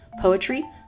poetry